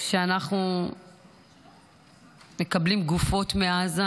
שאנחנו מקבלים גופות מעזה